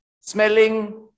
smelling